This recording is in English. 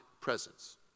presence